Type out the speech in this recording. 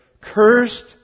Cursed